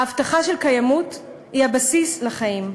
ההבטחה של קיימות היא הבסיס לחיים: